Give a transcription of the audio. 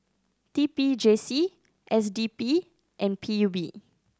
T P J C S D P and P U B